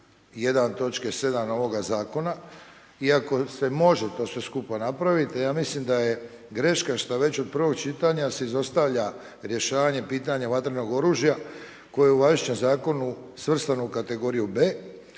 7. ovoga Zakona. Iako se može to sve skupa napraviti, ja mislim da je greška što već od prvog čitanja se izostavlja rješavanje pitanje vatrenog oružja koji je u važećem Zakonu svrstan u kategoriju B,